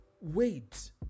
wait